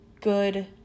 good